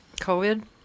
COVID